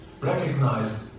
Recognize